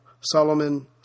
Solomon